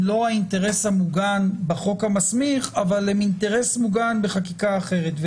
לא האינטרס המוגן בחוק המסמיך אבל הם אינטרס מוגן בחקיקה אחרת.